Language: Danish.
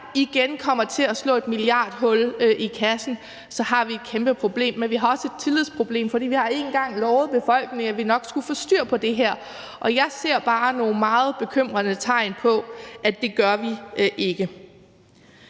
igen kommer til at slå et milliardhul i kassen, har vi et kæmpe problem, men vi har også et tillidsproblem, for vi har én gang lovet befolkningen, at vi nok skulle få styr på det her, og jeg ser bare nogle meget bekymrende tegn på, at det gør vi ikke.